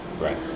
Right